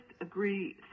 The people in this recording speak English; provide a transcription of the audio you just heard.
agree